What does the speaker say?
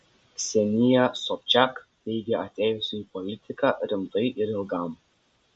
ksenija sobčiak teigia atėjusi į politiką rimtai ir ilgam